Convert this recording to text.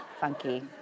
funky